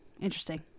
Interesting